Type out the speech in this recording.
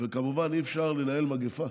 וכמובן אי-אפשר לנהל מגפה.